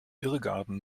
irrgarten